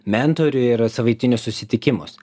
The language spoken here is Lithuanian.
mentorių ir savaitinius susitikimus